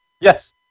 Yes